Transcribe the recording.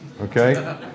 Okay